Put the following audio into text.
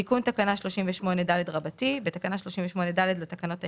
תיקון תקנה 38ד4. בתקנה 38ד לתקנות העיקריות,